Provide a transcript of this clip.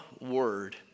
word